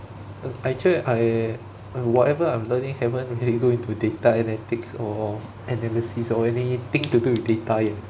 err actually I I whatever I'm learning haven't yet go into data analytics or analysis or anything to do with data yet